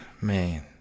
man